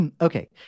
okay